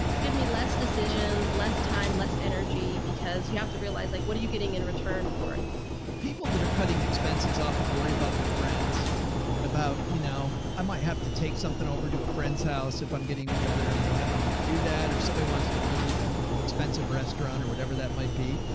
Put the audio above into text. give me less decisions, less time, less energy, because you have to realize like what are you getting in return for it? joe people that are cutting expenses often worry about their friends and about, you know, i might have to take something over to a friend's house if i'm getting together and i don't have money to do that, or somebody wants to meet at a expensive restaurant or whatever that might be.